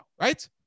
right